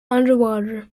underwater